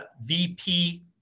VP